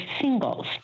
singles